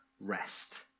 rest